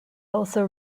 also